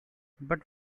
but